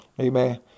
Amen